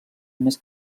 més